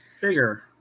bigger